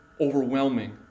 overwhelming